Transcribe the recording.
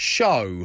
Show